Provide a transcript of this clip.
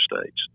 states